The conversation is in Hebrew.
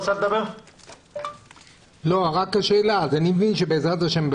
אני מבין שבעזרת השם,